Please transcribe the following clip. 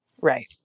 Right